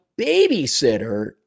babysitter